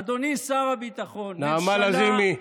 אדוני שר הביטחון, נעמה לזימי.